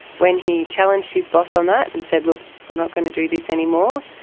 when he challenged his boss on that and said, look, i'm not going to do this anymore,